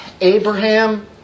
Abraham